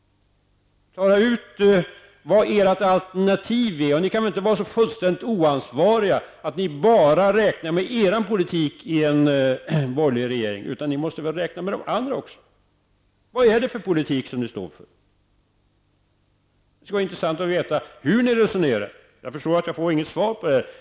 Klara ut vad ert alternativ är. Ni kan väl inte vara så fullständigt oansvariga att ni bara räknar med er politik i en borgerlig regering. Ni måste väl räkna med de andra partier också. Vad är det för politik som ni står för? Det skulle vara intressant att veta hur ni resonerar. Jag förstår att jag inte får något svar på det här.